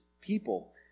people